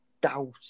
doubt